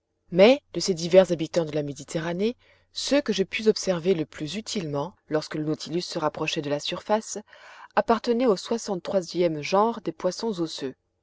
mais de ces divers habitants de la méditerranée ceux que je pus observer le plus utilement lorsque le nautilus se rapprochait de la surface appartenaient au soixante troisième genre des poissons osseux